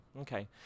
okay